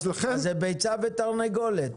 זו ביצה ותרנגולת.